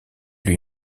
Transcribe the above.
lui